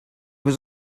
was